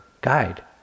guide